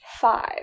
five